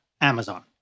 Amazon